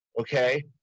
Okay